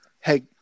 Hey